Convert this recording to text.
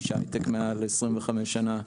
איש הייטק מעל ל-25 שנה,